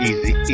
Easy